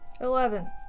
Eleven